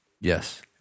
Yes